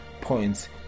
points